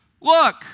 look